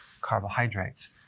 carbohydrates